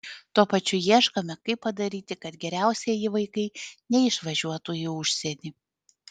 tuo pačiu ieškome kaip padaryti kad geriausieji vaikai neišvažiuotų į užsienį